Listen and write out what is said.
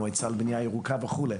המועצה לבנייה ירוקה וכדומה.